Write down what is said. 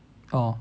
oh